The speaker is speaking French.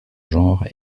genre